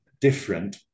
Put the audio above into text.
different